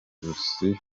ijosi